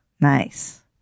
Nice